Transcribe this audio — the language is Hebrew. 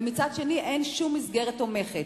ומצד שני אין שום מסגרת תומכת,